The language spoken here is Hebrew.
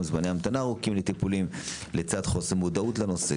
וזמני המתנה ארוכים לטיפולים לצד חוסר מודעות לנושא.